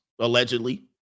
Allegedly